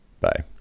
Bye